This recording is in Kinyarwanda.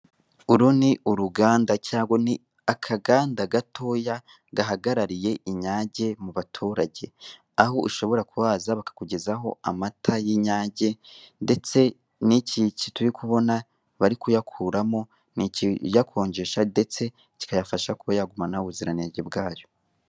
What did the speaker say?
Uru ni uruganda cyangwa ni akaganda gatoya gahagarariye inyange mu baturage, aho ushobora kuhaza bakakugezaho amata y'inyange ndetse n'iki turi kubona bari kuyakuramo ni ikiyakonjesha ndetse kikayafasha kuba yagumana ubuziranenge bwayo.